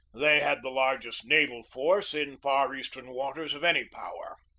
they had the largest naval force in far east ern waters of any power.